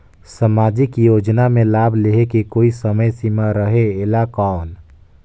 समाजिक योजना मे लाभ लहे के कोई समय सीमा रहे एला कौन?